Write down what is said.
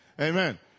amen